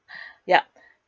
yup